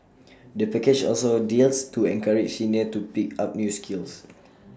the package also has deals to encourage seniors to pick up new skills